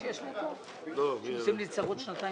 (הישיבה נפסקה בשעה 12:40 ונתחדשה בשעה 12:42)